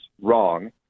wrong